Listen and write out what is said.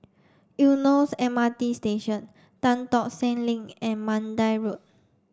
Eunos M R T Station Tan Tock Seng Link and Mandai Road